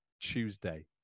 Tuesday